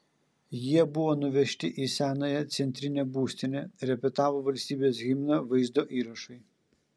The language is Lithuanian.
jie buvo nuvežti į senąją centrinę būstinę repetavo valstybės himną vaizdo įrašui